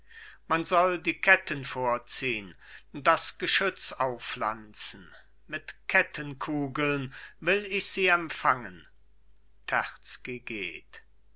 man soll die ketten vorziehn das geschütz aufpflanzen mit kettenkugeln will ich sie empfangen terzky geht